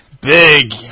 Big